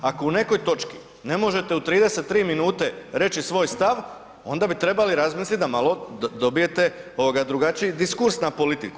Ako u nekoj točki ne možete u 33 minute reći svoj stav onda bi trebali razmisliti da malo dobijete drugačije diskurs na politiku.